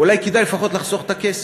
אולי כדאי לפחות לחסוך את הכסף.